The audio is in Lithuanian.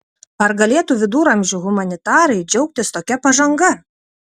ar galėtų viduramžių humanitarai džiaugtis tokia pažanga